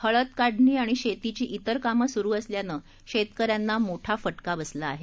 हळद काढणी आणि शेतीची त्तेर कामं सुरू असल्यानं शेतकऱ्यांना मोठा फटका बसला आहे